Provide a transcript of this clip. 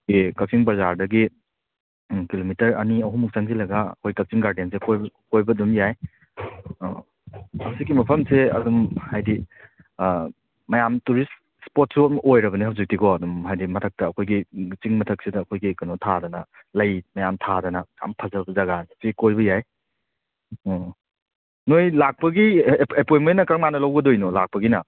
ꯑꯩꯈꯣꯏꯒꯤ ꯀꯛꯆꯤꯡ ꯕꯖꯥꯔꯗꯒꯤ ꯀꯤꯂꯣꯃꯤꯇꯔ ꯑꯅꯤ ꯑꯍꯨꯝ ꯃꯨꯛ ꯆꯪꯁꯤꯜꯂꯒ ꯑꯩꯈꯣꯏ ꯀꯛꯆꯤꯡ ꯒꯥꯔꯗꯦꯟꯁꯦ ꯀꯣꯏꯕ ꯀꯣꯏꯕ ꯑꯗꯨꯝ ꯌꯥꯏ ꯍꯧꯖꯤꯛꯀꯤ ꯃꯐꯝꯁꯦ ꯑꯗꯨꯝ ꯍꯥꯏꯗꯤ ꯃꯌꯥꯝ ꯇꯧꯔꯤꯁ ꯏꯁꯄꯣꯠꯁꯨ ꯑꯗꯨꯝ ꯑꯣꯏꯔꯕꯅꯦ ꯍꯧꯖꯤꯛꯇꯤꯀꯣ ꯑꯗꯨꯝ ꯍꯥꯏꯗꯤ ꯃꯊꯛꯇ ꯑꯩꯈꯣꯏꯒꯤ ꯆꯤꯡꯃꯊꯛꯁꯤꯗ ꯑꯩꯈꯣꯏꯒꯤ ꯀꯩꯅꯣ ꯊꯥꯗꯅ ꯂꯩ ꯃꯌꯥꯝ ꯊꯥꯗꯅ ꯌꯥꯝ ꯐꯖꯕ ꯖꯒꯥꯅꯦ ꯁꯤ ꯀꯣꯏꯕ ꯌꯥꯏ ꯑꯣ ꯅꯣꯏ ꯂꯥꯛꯄꯒꯤ ꯑꯦꯄꯣꯏꯟꯃꯦꯟꯅ ꯀꯔꯝꯀꯥꯟꯗ ꯂꯧꯒꯗꯣꯏꯅꯣ ꯂꯥꯛꯄꯒꯤꯅ